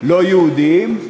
לא יהודים,